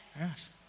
Yes